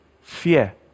fear